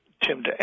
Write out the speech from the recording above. Tim